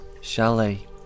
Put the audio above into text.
chalet